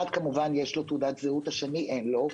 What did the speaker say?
אחד יש לו תעודת זהות והשני אין לו,